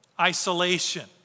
isolation